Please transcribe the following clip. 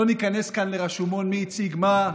לא ניכנס כאן לרשומון מי הציג מה,